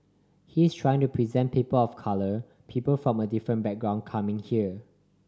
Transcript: he's trying to present people of colour people from a different background coming here